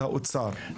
האוניברסיטאות,